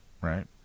right